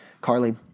Carly